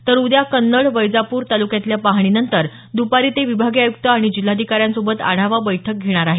तर उद्या कन्नड वैजापूर तालुक्यातल्या पाहणीनंतर दुपारी ते विभागीय आयुक्त आणि जिल्हाधिकाऱ्यांसोबत ते आढावा बैठक घेणार आहेत